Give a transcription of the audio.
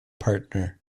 partner